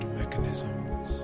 mechanisms